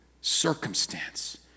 circumstance